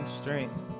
strength